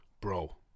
bro